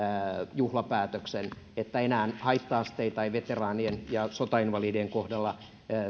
juhlapäätöksen että enää haitta asteita ei veteraanien ja sotainvalidien kohdalla